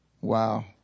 Wow